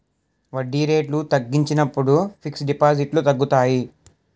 వడ్డీ రేట్లు తగ్గించినప్పుడు ఫిక్స్ డిపాజిట్లు తగ్గుతాయి